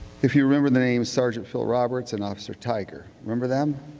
if you remember the name sergeant phil roberts and officer tiger, remember them?